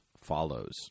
follows